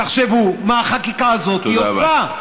תחשבו מה החקיקה הזאת עושה.